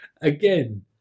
again